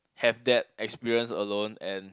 have that experience alone and